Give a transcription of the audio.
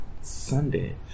Sunday